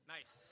Nice